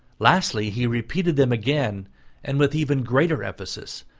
lastly he repeated them again and with even greater emphasis,